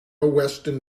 western